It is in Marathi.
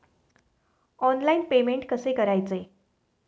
ऑनलाइन पेमेंट कसे करायचे?